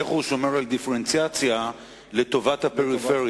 איך הוא שומר על דיפרנציאציה לטובת הפריפריה?